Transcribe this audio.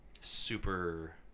super